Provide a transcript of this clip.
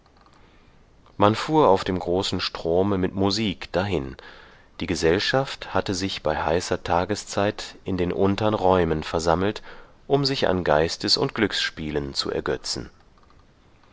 man fuhr auf dem großen strome mit musik dahin die gesellschaft hatte sich bei heißer tageszeit in den untern räumen versammelt um sich an geistes und glücksspielen zu ergötzen